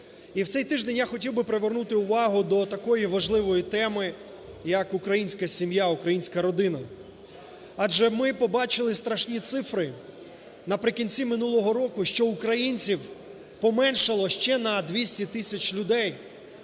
І в цей тиждень я хотів би привернути увагу до такої важливої теми як українська сім'я, українська родина, адже ми побачили страшні цифри наприкінці минулого року, що українців поменшало ще на 200 тисяч людей,